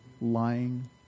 Lying